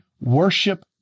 worship